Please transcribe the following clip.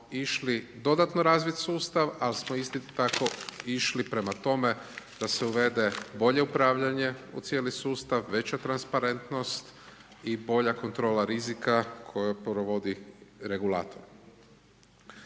išli dodatno razvit sustav, ali samo isti tako išli prema tome da se uvede bolje upravljanje u cijeli sustav, veća transparentnost i bolja kontrola rizika koju provodi regulator.